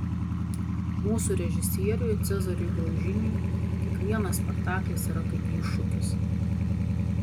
mūsų režisieriui cezariui graužiniui kiekvienas spektaklis yra kaip iššūkis